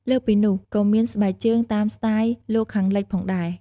លើសពីនោះក៏មានស្បែកជើងតាមស្ទាយលោកខាងលិចផងដែរ។